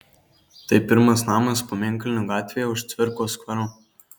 tai pirmas namas pamėnkalnio gatvėje už cvirkos skvero